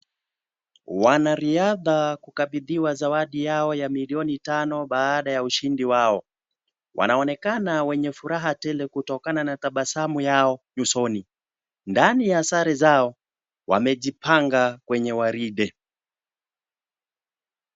Wanariadha kukabidhiwa zawadi yao ya milioni tano baada ya ushindi wao. Wanaonekana wenye furaha tele kutokana na tabasamu yao nyusoni. Ndani ya sare zao wamejipanga kwenye gwaride.